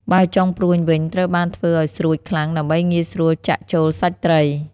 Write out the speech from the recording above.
បើចុងព្រួញវិញ ត្រូវបានធ្វើឲ្យស្រួចខ្លាំងដើម្បីងាយស្រួលចាក់ចូលសាច់ត្រី។